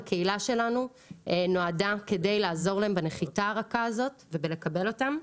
הקהילה שלנו נועדה כדי לעזור להם בנחיתה הרכה הזאת ובלקבל אותם.